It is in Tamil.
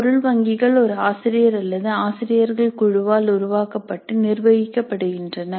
பொருள் வங்கிகள் ஒரு ஆசிரியர் அல்லது ஆசிரியர்கள் குழுவால் உருவாக்கப்பட்டு நிர்வகிக்கப்படுகின்றன